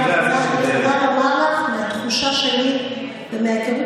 אני יכולה לומר לך מהתחושה שלי ומההיכרות